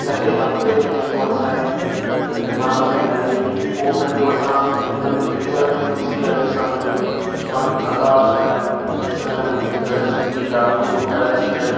सॼे हफ़्ते में जेको असांजे दिन दिमाग़ में हले उहो पंहिंजो असां हिननि पिक्चर में ॾिसी करे असां पंहिंजो मनु थकावट कंदा आहियूं ॾिसंदा आहियूं पिक्चर सुठी आहे उहो घरु अची करे